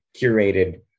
curated